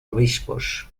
obispos